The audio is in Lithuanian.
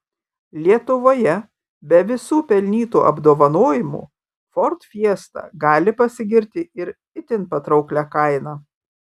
lietuvoje be visų pelnytų apdovanojimų ford fiesta gali pasigirti ir itin patrauklia kaina